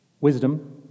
wisdom